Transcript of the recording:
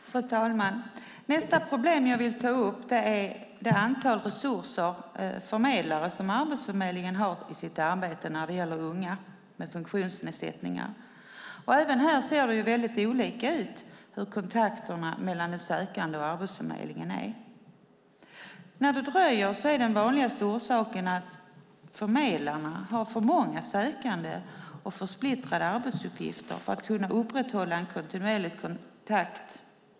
Fru talman! Nästa problem jag vill ta upp är det antal resurser och förmedlare som Arbetsförmedlingen har i sitt arbete med unga som har funktionsnedsättningar. Även här ser det väldigt olika ut när det gäller kontakterna mellan den sökande och Arbetsförmedlingen. När det dröjer är den vanligaste orsaken att förmedlarna har för många sökande och för splittrade arbetsuppgifter för att kunna upprätthålla en kontinuerlig kontakt.